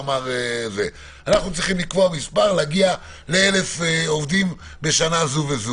אנחנו צריכים לקבוע מספר להגיע ל-1,000 עובדים בשנה מסוימת.